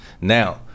Now